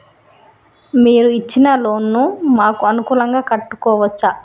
మీరు ఇచ్చిన లోన్ ను మాకు అనుకూలంగా కట్టుకోవచ్చా?